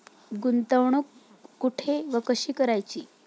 गुंतवणूक कुठे व कशी करायची?